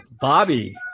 Bobby